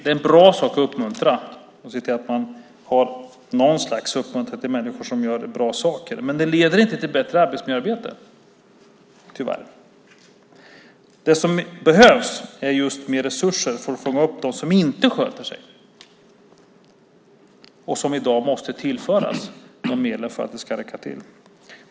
Det är en bra sak att uppmuntra. Jag tycker att man ska ha något slags uppmuntran för människor som gör bra saker, men det leder tyvärr inte till bättre arbetsmiljöarbete. Det som behövs är just mer resurser för att fånga upp dem som inte sköter sig. De medlen måste i dag tillföras för att det ska räcka till.